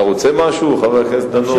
אתה רוצה משהו, חבר הכנסת דנון?